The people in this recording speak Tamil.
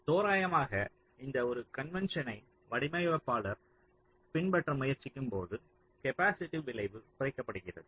தோராயமாக இந்த ஒரு கன்வென்ஸனை வடிவமைப்பாளர் பின்பற்ற முயற்சிக்கும்போது கேப்பாசிட்டிவ் விளைவு குறைக்கப்படுகிறது